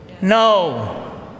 No